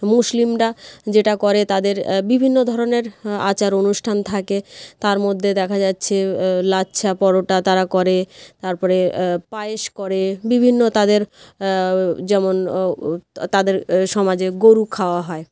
মুসলিমরা যেটা করে তাদের বিভিন্ন ধরনের আচার অনুষ্ঠান থাকে তার মধ্যে দেখা যাচ্ছে লাচ্ছা পরোটা তারা করে তারপরে পায়েস করে বিভিন্ন তাদের যেমন তাদের সমাজে গরু খাওয়া হয়